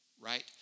right